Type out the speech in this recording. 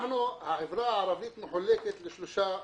החברה הערבית מחולקת לשלושה מחוזות: